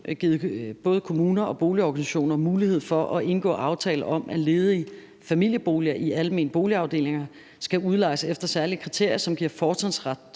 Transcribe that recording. givet både kommuner og boligorganisationer mulighed for at indgå aftale om, at ledige familieboliger i almene boligafdelinger skal udlejes efter særlige kriterier, som giver fortrinsret